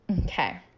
Okay